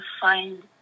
find